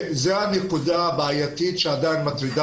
זאת הנקודה הבעייתית שעדיין מטרידה